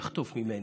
יחטוף ממני.